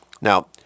Now